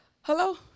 hello